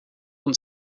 und